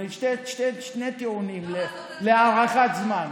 שני טיעונים להארכת זמן: